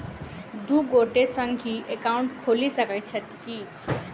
दु गोटे संगहि एकाउन्ट खोलि सकैत छथि की?